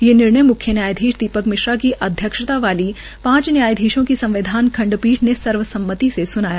यह निर्णय म्ख्य न्यायाधीश दीपक मिश्रा की अध्यक्षता वाली पांच न्यायाधीशों की संविधान खंडपीठ ने सर्वसम्मति से स्नाया